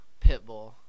Pitbull